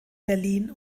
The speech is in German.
berlin